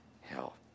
hell